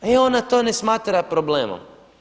E ona to ne smatra problemom.